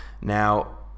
Now